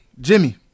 Jimmy